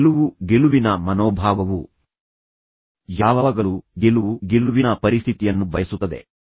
ಗೆಲುವು ಗೆಲುವಿನ ಮನೋಭಾವವು ಯಾವಾಗಲೂ ಗೆಲುವು ಗೆಲುವಿನ ಪರಿಸ್ಥಿತಿಯನ್ನು ಬಯಸುತ್ತದೆ